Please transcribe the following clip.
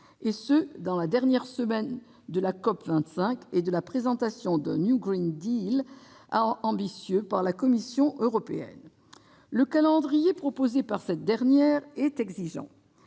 et ce dans la dernière semaine de la COP25 et de la présentation d'un ambitieux par la Commission européenne. Le calendrier proposé par cette dernière est exigeant